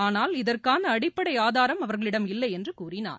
ஆனால் இதற்கான அடிப்படை ஆதாரம் அவர்களிடம் இல்லை என்று கூறினார்